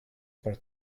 per